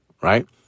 right